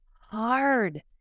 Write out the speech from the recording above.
hard